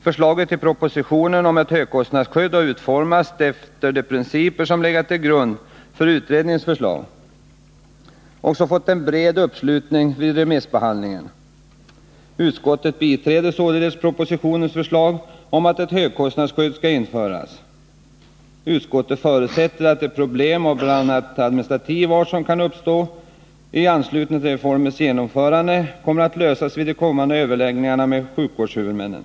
Förslaget i propositionen om ett högkostnadsskydd har utformats efter de principer som har legat till grund för utredningens förslag och som vid remissbehandlingen fått en bred uppslutning. Utskottet har således biträtt propositionsförslaget om att ett högkostnadsskydd bör införas. Utskottet förutsätter att de problem av bl.a. administrativ art som kan uppstå i anslutning till reformens genomförande kommer att lösas vid de kommande överläggningarna med sjukvårdshuvudmännen.